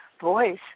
voice